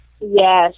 Yes